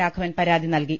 രാഘവൻ പരാതി നൽകി